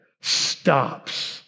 stops